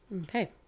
Okay